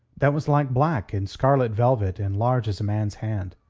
that was like black and scarlet velvet and large as a man's hand.